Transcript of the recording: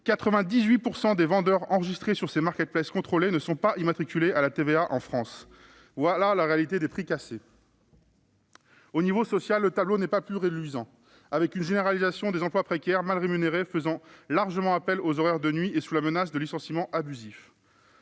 98 % des vendeurs enregistrés sur les contrôlées ne sont pas immatriculés à la TVA en France. Telle est la réalité des prix cassés ! Sur le plan social, le tableau n'est pas plus reluisant avec une généralisation des emplois précaires, mal rémunérés, faisant largement appel aux horaires de nuit et sous la menace de licenciements abusifs.